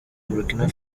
burkina